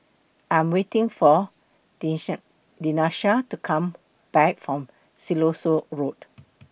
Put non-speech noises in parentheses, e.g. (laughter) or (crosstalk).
I Am waiting For (unintelligible) Denisha to Come Back from Siloso Road